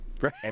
Right